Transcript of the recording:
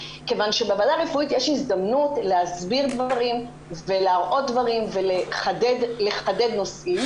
כיוון שבוועדה הרפואית יש הזדמנות להסביר ולהראות דברים ולחדד נושאים,